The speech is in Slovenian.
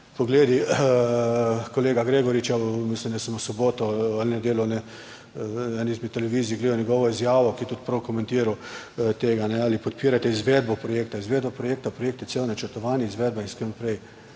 pogledi kolega Gregoriča, mislim, da sem v soboto ali nedeljo na eni izmed televizij gledal njegovo izjavo, ki je tudi prav komentiral tega ali podpirate izvedbo projekta, izvedbo projekta. Projekt je celo načrtovan izvedba in tako naprej.